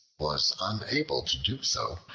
was unable to do so,